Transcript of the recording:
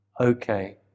okay